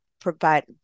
provide